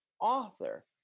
author